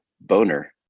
boner